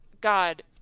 god